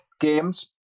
games